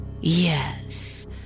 Yes